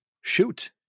Shoot